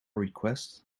request